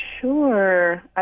Sure